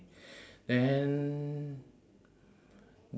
then